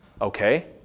okay